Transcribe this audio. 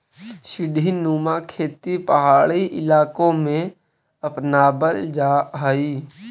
सीढ़ीनुमा खेती पहाड़ी इलाकों में अपनावल जा हई